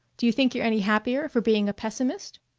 do you think you're any happier for being a pessimist?